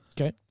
Okay